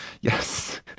Yes